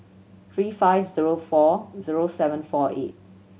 three five zero four zero seven four eight